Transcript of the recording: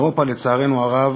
אירופה, לצערנו הרב,